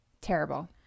terrible